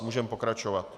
Můžeme pokračovat.